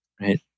Right